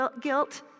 Guilt